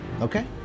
Okay